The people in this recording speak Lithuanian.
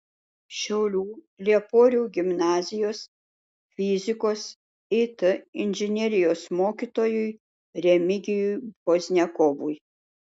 šiaulių lieporių gimnazijos fizikos it inžinerijos mokytojui remigijui pozniakovui